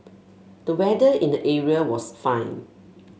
the weather in the area was fine